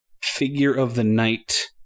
figure-of-the-night